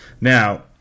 Now